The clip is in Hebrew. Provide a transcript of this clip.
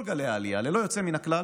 כל גלי העלייה ללא יוצא מן הכלל,